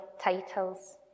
titles